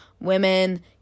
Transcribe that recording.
Women